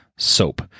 soap